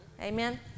Amen